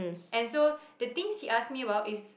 and so the things he asked me about is